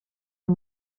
amb